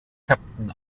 captain